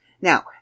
Now